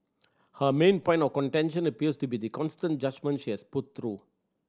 her main point of contention appears to be the constant judgement she has put through